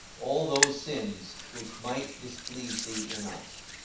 all those sins which might displease thee in us.